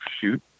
shoot